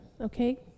okay